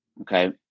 okay